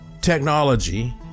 technology